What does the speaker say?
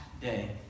day